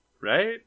Right